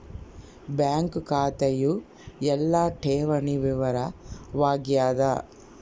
bank ಖಾತೆಯು ಎಲ್ಲ ಠೇವಣಿ ವಿವರ ವಾಗ್ಯಾದ